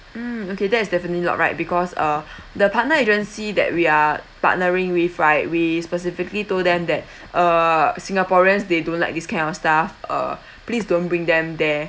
mm okay that is definitely not right because uh the partner agency that we are partnering with right we specifically told them that uh singaporeans they don't like this kind of stuff uh please don't bring them there